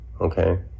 okay